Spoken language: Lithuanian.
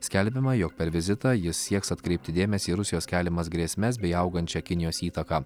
skelbiama jog per vizitą jis sieks atkreipti dėmesį į rusijos keliamas grėsmes bei augančią kinijos įtaką